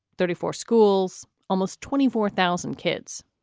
thirty four schools, almost twenty four thousand kids,